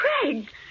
Craig